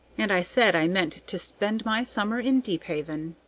and i said i meant to spend my summer in deephaven.